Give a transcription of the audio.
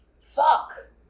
Fuck